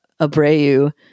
Abreu